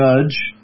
judge